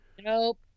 Nope